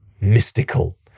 mystical